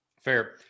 Fair